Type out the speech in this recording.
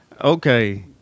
Okay